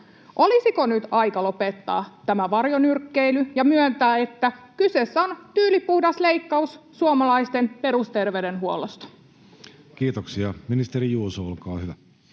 Olisiko nyt aika lopettaa tämä varjonyrkkeily ja myöntää, että kyseessä on tyylipuhdas leikkaus suomalaisten perusterveydenhuollosta? Kiitoksia. — Ministeri Juuso, olkaa hyvä.